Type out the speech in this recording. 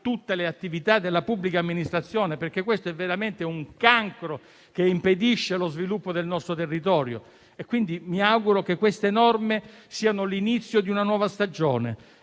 tutte le attività della pubblica amministrazione, perché questo è veramente un cancro che impedisce lo sviluppo del nostro territorio. Quindi, mi auguro che le misure previste siano l'inizio di una nuova stagione